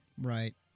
right